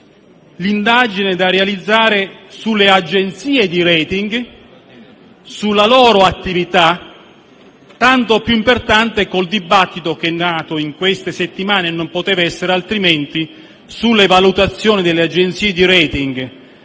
l'indagine da realizzare sulle agenzie di *rating* e sulla loro attività, tanto più importante con il dibattito nato nelle ultime settimane - e non poteva essere altrimenti - sulle valutazioni delle agenzie di *rating*